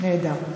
נהדר.